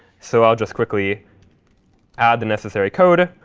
so i'll just quickly add the necessary code,